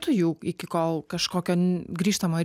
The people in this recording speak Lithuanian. tu jau iki kol kažkokio grįžtamojo